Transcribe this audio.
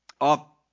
up